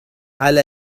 على